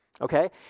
Okay